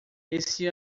esse